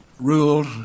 rules